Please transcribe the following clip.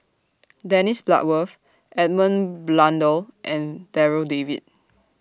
Dennis Bloodworth Edmund Blundell and Darryl David